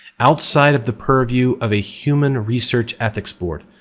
outside of the purview of a human research ethics board,